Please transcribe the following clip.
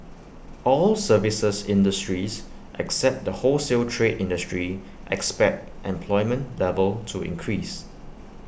all services industries except the wholesale trade industry expect employment level to increase